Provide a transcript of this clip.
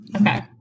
Okay